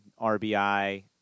RBI